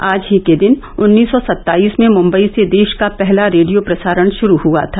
आज ही के दिन उन्नीस सौ सत्ताईस में मुंबई से देश का पहला रेडियो प्रसारण शुरू हुआ था